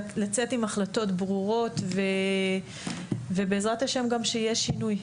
לצאת עם החלטות ברורות ובעזרת השם גם שיהיה שינוי,